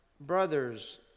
brothers